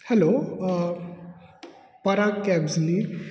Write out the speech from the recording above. hello Parag केब्स न्ही